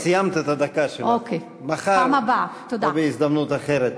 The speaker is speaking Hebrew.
כבר סיימת את הדקה שלך, מחר או בהזדמנות אחרת.